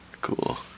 Cool